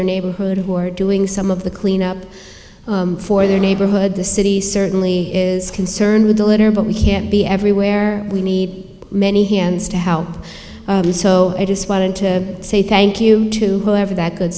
their neighborhood who are doing some of the cleanup for their neighborhood the city certainly is concerned with the litter but we can't be everywhere where we need many hands to help so i just wanted to say thank you to every that good